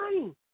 money